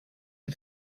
een